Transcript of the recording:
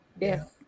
Yes